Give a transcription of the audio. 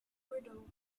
brittle